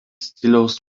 stiliaus